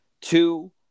Two